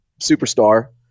superstar